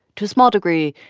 to a small degree,